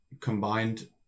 combined